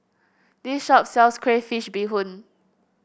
this shop sells Crayfish Beehoon